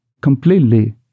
completely